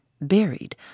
buried